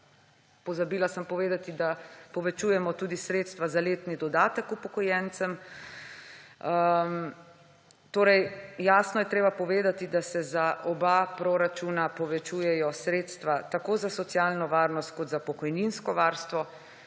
Pozabila sem povedati, da povečujemo tudi sredstva za letni dodatek upokojencem. Jasno je torej treba povedati, da se za oba proračuna povečujejo sredstva tako za socialno varnost kot za pokojninsko varstvo.